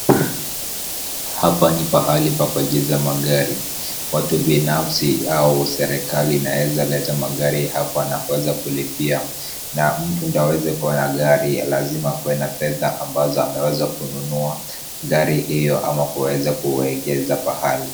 Hapa ni pahali pa kuegeza magari. Watu binafsi au serikali inaweza leta magari hapa na kuweza kulipia na mtu ndio aweze kuwa na gari lazima akuwe na fedha ambazo ameweza kununua gari hiyo ama kuweza kuegeza pahali.